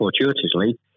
fortuitously